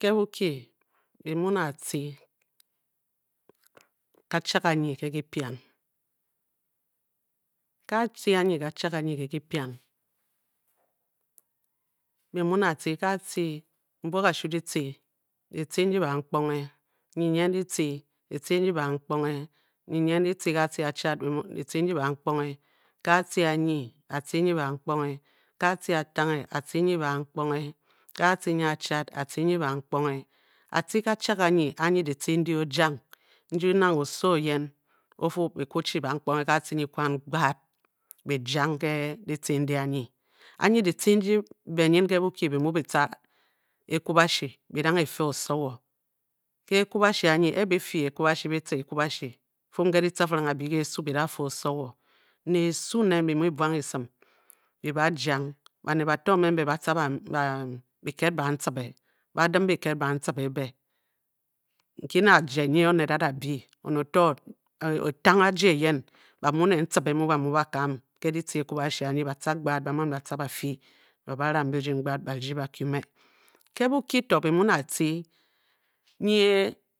Ke Bokyi, be bi mu ne atcé kachad ganyi ke gi pia ke atche anyi kachad ganyi ke gipian be bi mu ne atce ke atce, mbup kashu ditce, ditce n di bankpidnghe, nnyinyeng ditce, kitce ndi bank ponghe nnyi nyeng ditce ke a tce ach ad, ditce ndi bank ponghe ke atce anyi, atce nyi bankponghe, ke atce atanghe, atce nyi bankponghe, ke atce nyia Chad, atce nyi bankponghe, atce kachad ganyi anyi ditce ndi ojang ndi nang oso oyen o-fu bi kwu bankponghe ke atce nyi Kwan gbad bi Jang nke-e ditce ndi anyi, anyi ditce ndi be nyin ke Boki bi mu bi tca ekwubashi bi dang e-fe osowo. ke ekwubashi anyi, e-e bi fyi ekwubashi, bi tca ekwubashi fin ke ditci firing a-bi ke esu bi da-fe osowo, ne n su nen bi mu buang esim, bi da Jang. Baned bato mbe batca ba biked bantcibe ebe, nki ne ajye nyi oned a-da by, oned oto otang ajye eyen ba muu ne ntcibe mu ba muu ba kan ke ditce ekwubashi andi, ba tca gbad bamam batca ba-fyi, ba ba ram birding gbad ba rdi ba Kyu mme Ke Boki to bi mu ne atce nyi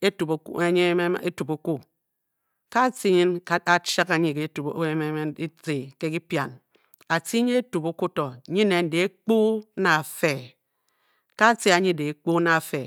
etukakwu, nyi etukakwu, ke a tce nyin kachadganyi ke ke dipien atce nyi etukakwu to nyi nen kehkpo ne afe ke atce anyi kehkpo ne a-fe.